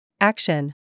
Action